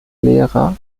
lehrer